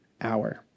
hour